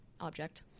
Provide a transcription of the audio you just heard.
object